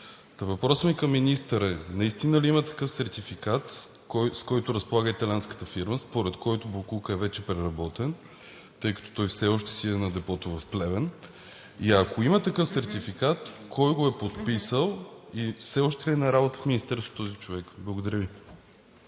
Въпросът ми към министъра е: наистина ли има такъв сертификат, с който разполага италианската фирма, според който боклукът е вече преработен, тъй като той все още си е на депото в Плевен? И ако има такъв сертификат, кой го е подписал и все още ли е на работа в Министерството този човек? Благодаря Ви.